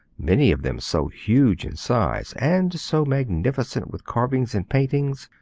many of them so huge in size, and so magnificent with carvings and paintings,